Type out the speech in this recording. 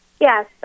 Yes